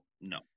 no